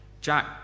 Jack